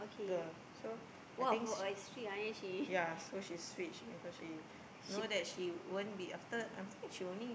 girl so I think yea so she switch because she know that she won't be after I think she only